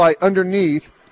underneath –